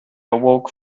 awoke